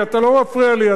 אתה לא מפריע לי,